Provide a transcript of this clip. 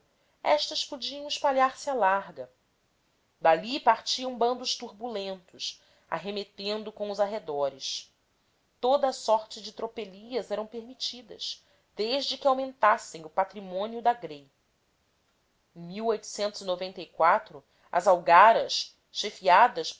estas podiam espalhar se à larga dali partiam bandos turbulentos arremetendo com os arredores toda a sorte de tropelias era permitida desde que aumentasse o patrimônio da rei e as algaras chefiadas